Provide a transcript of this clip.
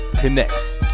Connects